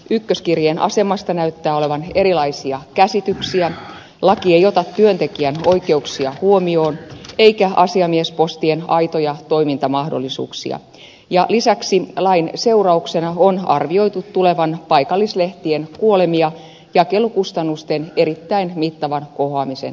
ykköskirjeen asemasta näyttää olevan erilaisia käsityksiä laki ei ota työntekijän oikeuksia huomioon eikä asiamiespostien aitoja toimintamahdollisuuksia ja lisäksi lain seurauksena on arvioitu tulevan paikallislehtien kuolemia jakelukustannusten erittäin mittavan kohoamisen seurauksena